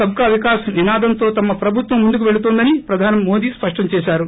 sub కా వికాస్ నినాదంతో తమ ప్రభుత్వం ముందుకు పెళుతోందని ప్రధాని మోదీ స్పష్టం చేశారు